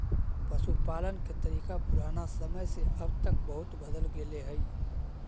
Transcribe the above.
पशुपालन के तरीका पुराना समय से अब तक बहुत बदल गेले हइ